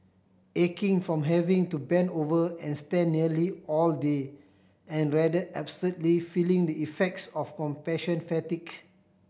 aching from having to bend over and stand nearly all day and rather absurdly feeling the effects of compassion fatigue